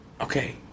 Okay